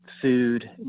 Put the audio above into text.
food